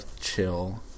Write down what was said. chill